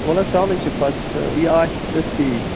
وَلہٕ حظ سَہلٕے چھِ پَتہٕ تہٕ یہِ آسہِ تہٕ تی